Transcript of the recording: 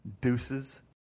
Deuces